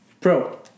Pro